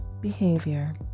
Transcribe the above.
behavior